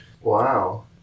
Wow